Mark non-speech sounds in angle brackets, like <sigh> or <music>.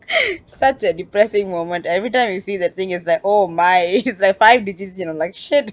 <breath> such a depressing moment every time you see the thing is like oh my it's like five digits you know like shit